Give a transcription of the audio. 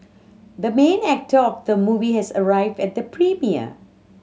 the main actor of the movie has arrived at the premiere